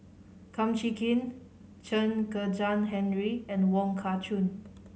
Kum Chee Kin Chen Kezhan Henri and Wong Kah Chun